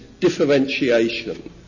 differentiation